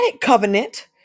covenant